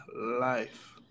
life